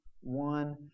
One